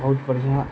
बहुत बढ़िऑं